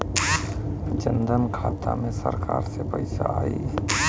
जनधन खाता मे सरकार से पैसा आई?